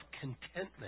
contentment